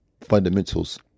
fundamentals